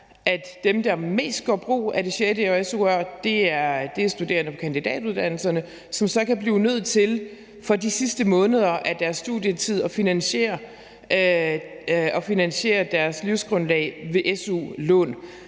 at dem, der mest gør brug af det sjette su-år – studerende på kandidatuddannelserne – så kan blive nødt til for de sidste måneder af deres studietid at finansiere deres livsgrundlag med su-lån.